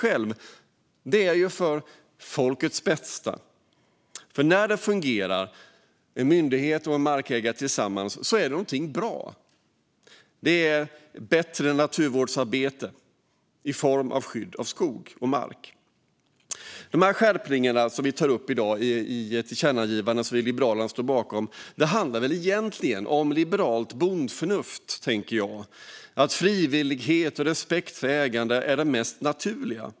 Jo, det är för folkets bästa. När myndighet och markägare kan samarbeta leder det till bättre naturvårdsarbete i form av skydd av skog och mark. Skärpningarna i det föreslagna tillkännagivande som Liberalerna står bakom handlar egentligen om liberalt bondförnuft: frivillighet och respekt för ägandet är det mest naturliga.